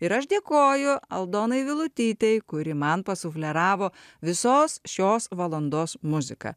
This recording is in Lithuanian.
ir aš dėkoju aldonai vilutytei kuri man pasufleravo visos šios valandos muziką